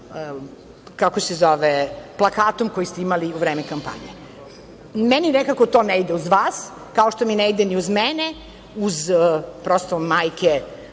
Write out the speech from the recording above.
onim vašim plakatom koji ste imali u vreme kampanje. Meni nekako to ne ide uz vas, kao što mi ne ide ni uz mene, uz majke